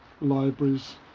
libraries